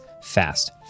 fast